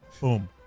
Boom